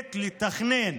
באמת לתכנן